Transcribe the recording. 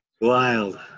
Wild